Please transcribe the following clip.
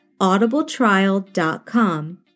audibletrial.com